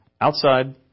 outside